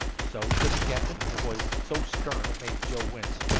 so? said the captain, in a voice so stern it made joe wince.